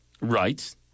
Right